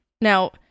Now